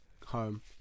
home